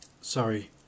sorry